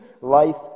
life